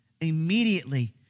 immediately